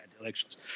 elections